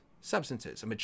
substances